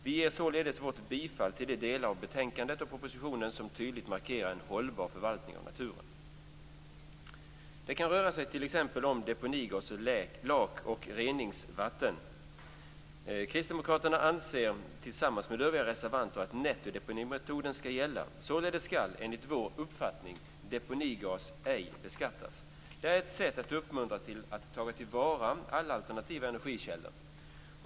Vi ger således vårt bifall till de delar av betänkandet och propositionen som tydligt markerar en hållbar förvaltning av naturen. Det kan röra sig om t.ex. deponigas eller lak och reningsvatten. Kristdemokraterna anser tillsammans med övriga reservanter att nettodeponimetoden skall gälla. Således skall, enligt vår uppfattning, deponigas ej beskattas. Det är ett sätt att uppmuntra till att ta till vara alla alternativa energikällor.